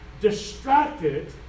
distracted